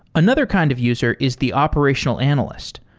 another kind of user is the operational analyst.